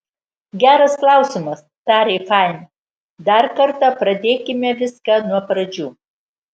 geras klausimas tarė fain dar kartą pradėkime viską nuo pradžių